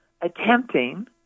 attempting